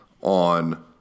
on